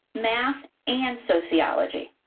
math and sociology.